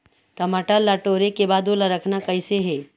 टमाटर ला टोरे के बाद ओला रखना कइसे हे?